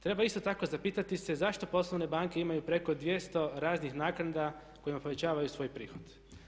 Treba isto tako zapitati se zašto poslovne banke imaju preko 200 raznih naknada kojima povećavaju svoj prihod.